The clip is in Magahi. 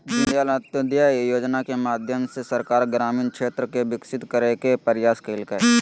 दीनदयाल अंत्योदय योजना के माध्यम से सरकार ग्रामीण क्षेत्र के विकसित करय के प्रयास कइलके